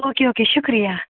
okay okay شُکریہ